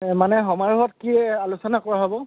মানে সমাৰোহত কি আলোচনা কৰা হ'ব